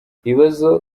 ibibazo